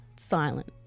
silent